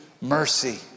mercy